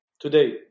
today